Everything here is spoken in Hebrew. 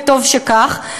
וטוב שכך.